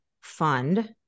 fund